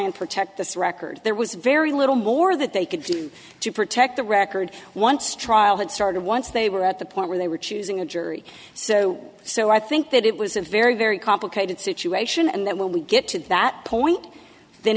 and protect this record there was very little more that they could do to protect the record once trial had started once they were at the point where they were choosing a jury so so i think that it was a very very complicated situation and that when we get to that point th